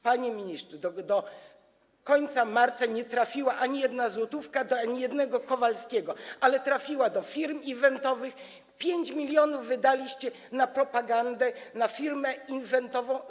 Panie ministrze, do końca marca nie trafiła ani jedna złotówka do ani jednego Kowalskiego, ale trafiła do firm eventowych, 5 mln wydaliście na propagandę, na firmę eventową.